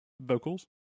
vocals